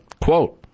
Quote